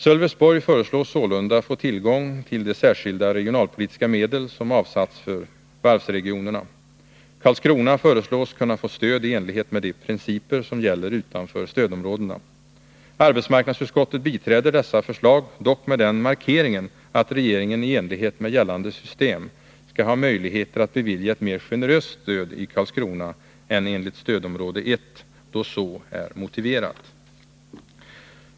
Sölvesborg föreslås sålunda få tillgång till de särskilda regionalpolitiska medel som har avsatts för varvsregionerna. Karlskrona föreslås kunna få stöd i enlighet med de Nr 155 principer som gäller utanför stödområdena. Arbetsmarknadsutskottet biträ Tisdagen den der dessa förslag, dock med den markeringen att regeringen i enlighet med 2 juni 1981 gällande system skall ha möjlighet att bevilja ett mer generöst stöd i Karlskrona än enligt stödområde 1 då så är motiverat.